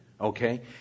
Okay